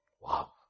Wow